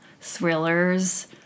thrillers